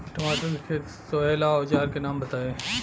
टमाटर के खेत सोहेला औजर के नाम बताई?